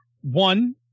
one